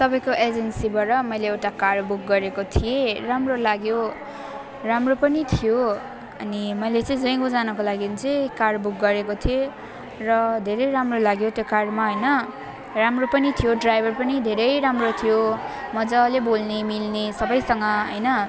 तपाईँको एजेन्सीबाट मैले एउटा कार बुक गरेको थिएँ राम्रो लाग्यो राम्रो पनि थियो अनि मैले चाहिँ जेङ्गो जानको लागिन् चाहिँ कार बुक गरेको थिएँ र धेरै राम्रो लाग्यो त्यो कारमा हैन राम्रो पनि थियो ड्राइभर पनि धेरै राम्रो थियो मजाले बोल्ने मिल्ने सबैसँग हैन